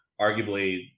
arguably